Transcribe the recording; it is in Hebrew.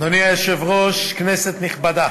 אדוני היושב-ראש, כנסת נכבדה,